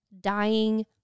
dying